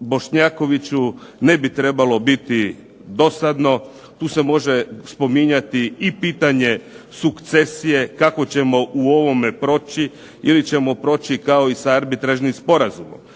Bošnjakoviću ne bi trebalo biti dosadno. Tu se može spominjati i pitanje sukcesije kako ćemo u ovome proći ili ćemo proći kao i sa arbitražnim sporazumom.